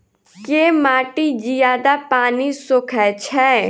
केँ माटि जियादा पानि सोखय छै?